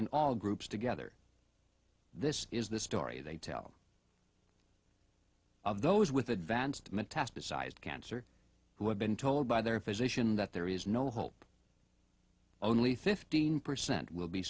and all groups together this is the story they tell of those with advanced metastasized cancer who have been told by their physician that there is no hope only fifteen percent will be